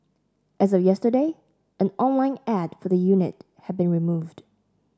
as of yesterday an online ad for the unit had been removed